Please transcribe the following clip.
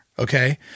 Okay